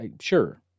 sure